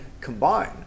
combine